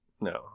no